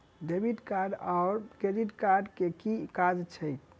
Debit card आओर credit card केँ की काज छैक?